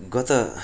गत